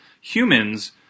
humans